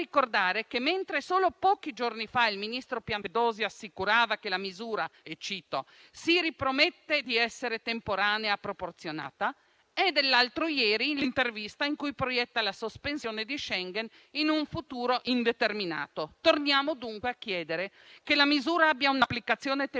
che, mentre solo pochi giorni fa il ministro Piantedosi assicurava che la misura - cito - «si ripromette di essere temporanea e proporzionata», è dell'altro ieri l'intervista in cui proietta la sospensione di Schengen in un futuro indeterminato. Torniamo dunque a chiedere che la misura abbia un'applicazione temporanea,